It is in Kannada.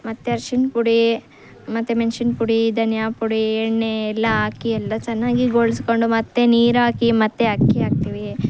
ಮತ್ತೆ ಅರ್ಶಿಣ ಪುಡಿ ಮತ್ತು ಮೆಣ್ಶಿನ ಪುಡಿ ಧನಿಯಾ ಪುಡಿ ಎಣ್ಣೆ ಎಲ್ಲ ಹಾಕಿ ಎಲ್ಲ ಚೆನ್ನಾಗಿ ಗೋಳಿಸ್ಕೊಂಡು ಮತ್ತು ನೀರಾಕಿ ಮತ್ತು ಅಕ್ಕಿ ಹಾಕ್ತೀವಿ